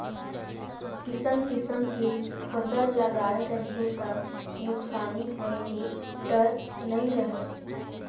किसम किसम के फसल लगाए रहिबे त नुकसानी होए के डर नइ रहय